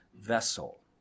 vessel